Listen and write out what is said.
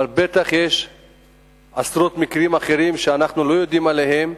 אבל בטח יש עשרות מקרים אחרים שאנחנו לא יודעים עליהם,